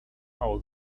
how